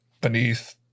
beneath